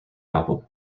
album